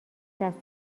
دست